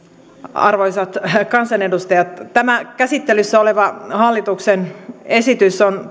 arvoisat kansanedustajat tämä käsittelyssä oleva hallituksen esitys on